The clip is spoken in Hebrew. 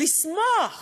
לשמוח